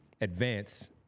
advance